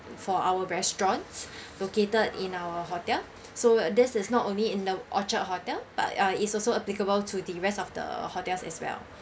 for our restaurants located in our hotel so this is not only in the orchard hotel but uh it's also applicable to the rest of the hotels as well